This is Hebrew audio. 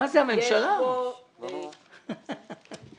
הממשלה מביאה אותן.